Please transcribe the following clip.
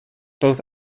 both